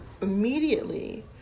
immediately